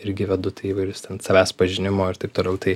irgi vedu tai įvairius ten savęs pažinimo ir taip toliau tai